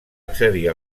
accedir